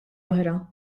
oħra